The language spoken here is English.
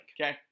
Okay